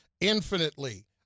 infinitely